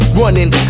running